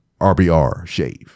RBRShave